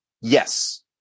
Yes